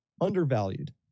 Undervalued